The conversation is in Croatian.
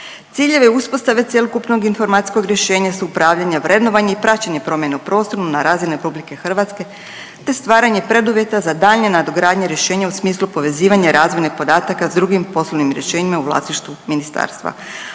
Ciljeve uspostave cjelokupnog informacijskog rješenja su upravljanje, vrednovanje i praćenje promjene u prostoru na razini RH, te stvaranje preduvjeta za daljnje nadogradnje rješenja u smislu povezivanja razvojnih podataka sa drugim poslovnim rješenjima u vlasništvu ministarstva.